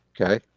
okay